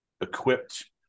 equipped